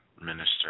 Minister